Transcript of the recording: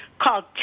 called